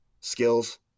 skills